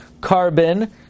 Carbon